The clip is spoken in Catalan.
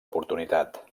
oportunitat